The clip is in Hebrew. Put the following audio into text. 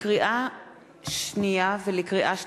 לקריאה שנייה ולקריאה שלישית: